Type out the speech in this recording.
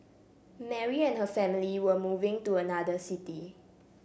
Mary and her family were moving to another city